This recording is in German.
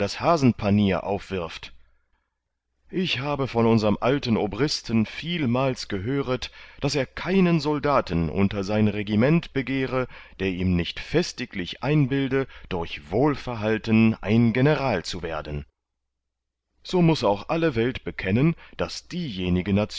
hasenpanier aufwirft ich habe von unserm alten obristen vielmals gehöret daß er keinen soldaten unter sein regiment begehre der ihm nicht festiglich einbilde durch wohlverhalten ein general zu werden so muß auch alle welt bekennen daß diejenige